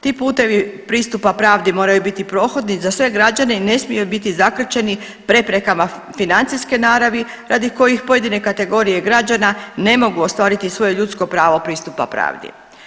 Ti putevi pristupa pravdi moraju biti prohodni za sve građane i ne smiju biti zakrčeni preprekama financijske naravi radi kojih pojedine kategorije građana ne mogu ostvari svoje ljudsko pravo pristupa pravdi.